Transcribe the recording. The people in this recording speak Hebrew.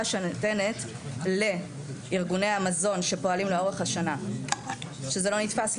שניתנת לארגוני המזון שפועלים לאורך השנה שזה לא נתפס,